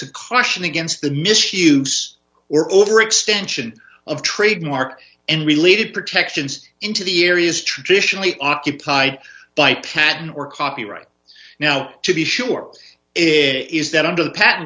to caution against the misuse or overextension of trademark and related protections into the areas traditionally occupied by patent or copyright now to be sure it is that under the pat